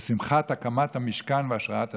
בשמחת הקמת המשכן והשראת השכינה.